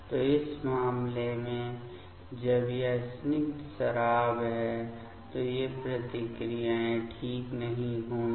तो इस मामले में जब यह स्निग्ध शराब है तो ये प्रतिक्रियाएँ ठीक नहीं होंगी